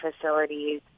facilities